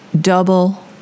double-